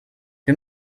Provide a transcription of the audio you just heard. wir